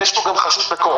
ויש פה גם חשוד בקורונה.